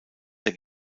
der